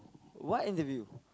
what interview